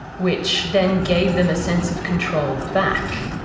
which then gave them a sense of control back.